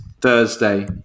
Thursday